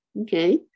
okay